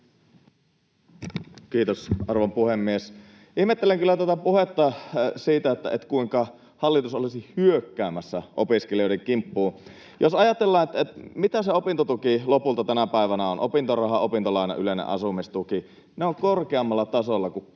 Kiitos, arvon puhemies! Ihmettelen kyllä tuota puhetta siitä, kuinka hallitus olisi hyökkäämässä opiskelijoiden kimppuun. [Pia Viitanen: Kyllä on!] Jos ajatellaan, mitä se opintotuki lopulta tänä päivänä on — opintoraha, opintolaina, yleinen asumistuki — se on korkeammalla tasolla kuin koskaan